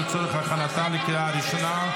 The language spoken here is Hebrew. לצורך הכנתה לקריאה הראשונה.